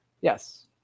Yes